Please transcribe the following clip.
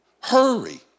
Hurry